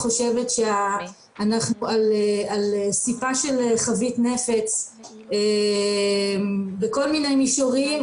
חושבת שאנחנו על סיפה של חבית נפץ בכל מיני מישורים,